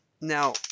Now